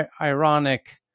ironic